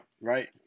right